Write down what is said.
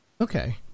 Okay